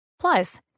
Plus